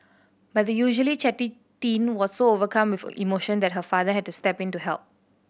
but the usually chatty teen was so overcome with a emotion that her father had to step in to help